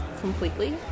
completely